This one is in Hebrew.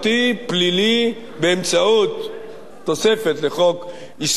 באמצעות תוספת לחוק איסור הלבנת הון.